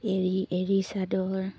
এৰী এৰী চাদৰ